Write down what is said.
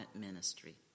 ministry